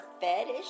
fetish